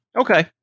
okay